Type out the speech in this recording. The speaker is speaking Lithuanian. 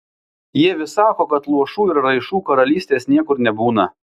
jie vis sako kad luošų ir raišų karalystės niekur nebūna